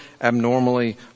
abnormally